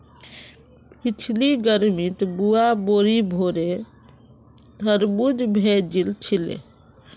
पिछली गर्मीत बुआ बोरी भोरे तरबूज भेजिल छिले